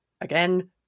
Again